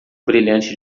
brilhante